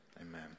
amen